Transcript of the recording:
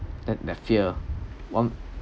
that that fear [one]